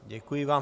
Děkuji vám.